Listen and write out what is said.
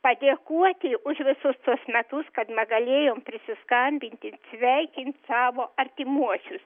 padėkoti už visus tuos metus kad na galėjom prisiskambinti sveikint savo artimuosius